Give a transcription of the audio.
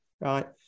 right